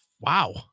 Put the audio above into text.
Wow